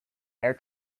air